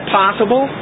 possible